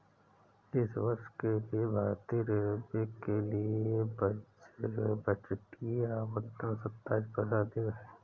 इस वर्ष के लिए भारतीय रेलवे के लिए बजटीय आवंटन सत्ताईस प्रतिशत अधिक है